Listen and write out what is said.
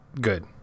good